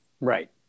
Right